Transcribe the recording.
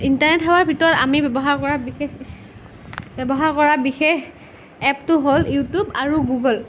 internet সেৱাৰ ভিতৰত আমি ব্যৱহাৰ কৰা বিশেষ ব্যৱহাৰ কৰা বিশেষ এপটো হ'ল ইউটিউৱ আৰু গুগুল